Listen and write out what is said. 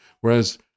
whereas